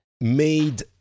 made